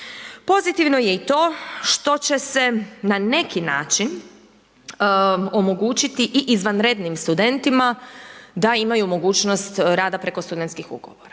pozitivno je i to što će se na neki način omogućiti i izvanrednim studentima da imaju mogućnost rada preko studentskih ugovora.